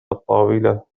الطاولة